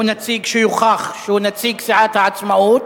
או נציג שיוכח שהוא נציג סיעת העצמאות,